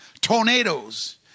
tornadoes